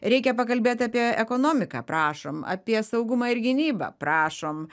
reikia pakalbėt apie ekonomiką prašom apie saugumą ir gynybą prašom